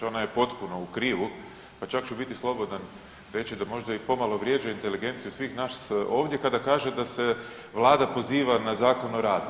Ona je potpuno u krivu pa čak ću biti slobodan reći da pomalo vrijeđa inteligenciju svih nas ovdje kada kaže da se vlada poziva na Zakon o radu.